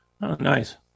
Nice